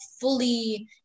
fully